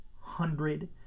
hundred